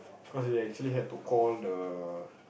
cause we actually have to call the